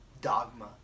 dogma